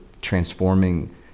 transforming